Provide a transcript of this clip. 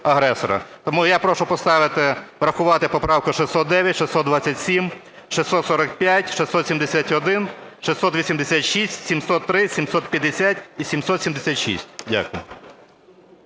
Тому я прошу поставити врахувати поправки 609, 627, 645, 671, 686, 703, 750 і 776. Дякую.